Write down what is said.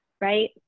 right